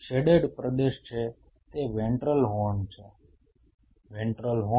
shaded પ્રદેશ છે તે વેન્ટ્રલ હોર્ન છે વેન્ટ્રલ હોર્ન